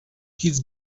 kids